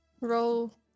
Roll